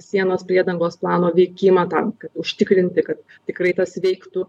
sienos priedangos plano veikimą tam kad užtikrinti kad tikrai tas veiktų